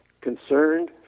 concerned